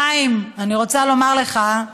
חיים, אני רוצה לומר לך: